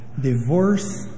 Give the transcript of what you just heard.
Divorce